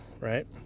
right